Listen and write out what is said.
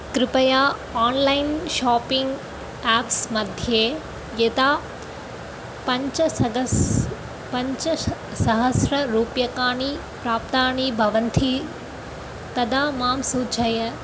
कृपया online shopping apps मध्ये यदा पञ्चसहस्रं पञ्चसहस्ररूप्यकाणि प्राप्तानि भवन्ति तदा मां सूचय